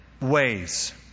ways